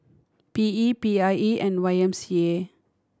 P E P I E and Y M C A